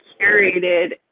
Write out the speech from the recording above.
curated